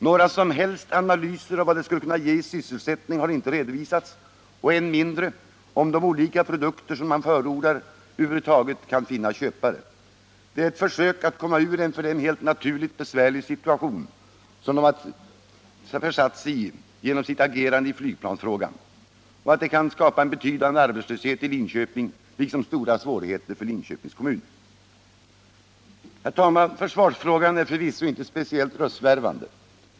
Några som helst analyser av vad det skulle kunna ge i sysselsättning har inte redovisats och än mindre om de olika produkter, som man förordar, över huvud taget kan finna köpare. Det är ett försök att komma ur den för socialdemokraterna helt naturligt besvärliga situationen, att de genom sitt agerande i flygplansfrågan kan orsaka en betydande arbetslöshet i Linköping liksom stora svårigheter för Linköpings kommun. Herr talman! Försvarsfrågan är förvisso inte speciellt röstvärvande.